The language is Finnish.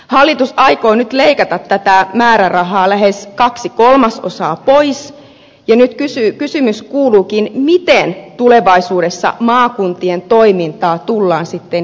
hallitus aikoo nyt leikata tästä määrärahasta lähes kaksi kolmasosaa pois ja nyt kysymys kuuluukin miten tulevaisuudessa maakuntien toimintaa tullaan kehittämään